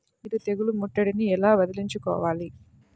మీరు తెగులు ముట్టడిని ఎలా వదిలించుకోవాలి?